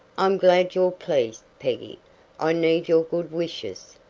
i'm glad you're pleased, peggy i need your good wishes.